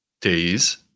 days